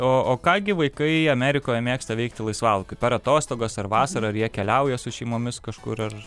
o o ką gi vaikai amerikoje mėgsta veikti laisvalaikiu per atostogas ar vasarą ar jie keliauja su šeimomis kažkur ar